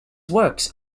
works